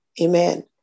Amen